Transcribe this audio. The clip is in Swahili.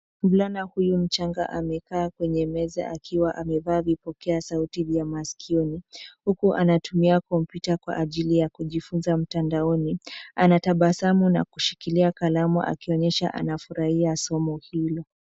Mvulana huyu mchanga amekaa kwenye meza akiwa amevaa vipokea sauti vya masikioni, huku anatumia kompyuta kwa ajili ya kujifunza mtandaoni. Anatabasamu na kushikilia kalamu akionyesha anafurahia somo hilo.